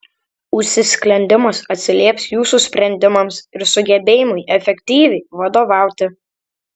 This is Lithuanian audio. užsisklendimas atsilieps jūsų sprendimams ir sugebėjimui efektyviai vadovauti